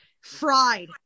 Fried